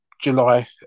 July